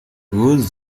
rose